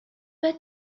beth